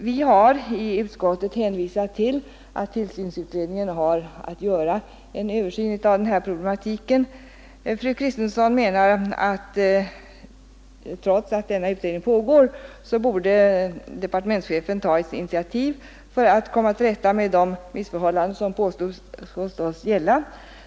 Vi har i utskottet hänvisat till att tillsynsutredningen fått i uppdrag att göra en översyn av den här problematiken. Fru Kristensson menar att trots att denna utredning pågår borde departementschefen ta ett initiativ för att komma till rätta med de missförhållanden som påstås råda.